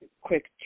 quick